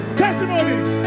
testimonies